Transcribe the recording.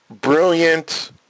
brilliant